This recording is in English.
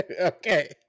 Okay